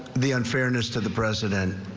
the unfairness to the president.